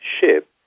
ship